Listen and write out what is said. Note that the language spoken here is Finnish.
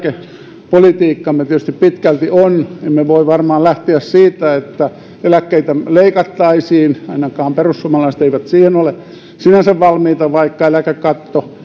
eläkepolitiikkamme tietysti pitkälti on emme varmaan voi lähteä siitä että eläkkeitä leikattaisiin ainakaan perussuomalaiset eivät siihen ole sinänsä valmiita vaikka eläkekatto